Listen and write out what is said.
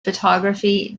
photography